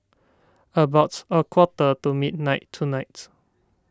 about a quarter to midnight tonight